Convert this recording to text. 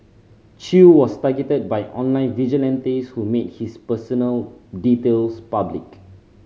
Chew was targeted by online vigilantes who made his personal details public